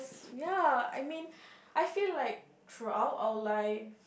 ya I mean I feel like throughout our life